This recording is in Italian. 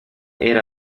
era